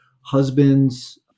husband's